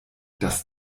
das